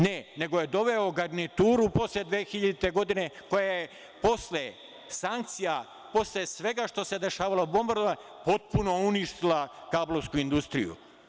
Ne, nego je doveo garnituru posle 2000. godine koja je posle sankcija, posle svega što se dešavalo, bombardovanja, potpuno uništila kablovsku industriju.